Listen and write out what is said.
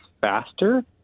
faster